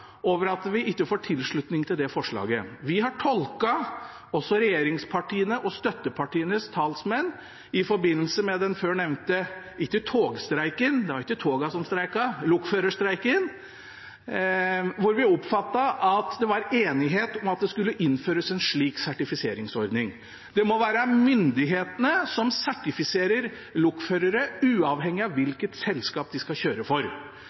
har tolket og oppfattet regjeringspartiene og støttepartienes talsmenn i forbindelse med den før nevnte lokførerstreiken slik at det var enighet om at det skulle innføres en sertifiseringsordning. Det må være myndighetene som sertifiserer lokførere – uavhengig av hvilket selskap de skal kjøre for.